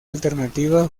alternativa